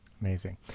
amazing